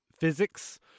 physics